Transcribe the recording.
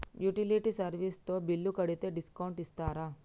Utility service తో bill కడితే discount ఇస్తరా?